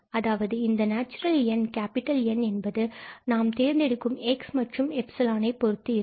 அதாவது இந்த நேச்சுரல் எண் N என்பது நாம் தேர்ந்தெடுக்கும் x and எப்சிலான் பொருத்து இருக்கும்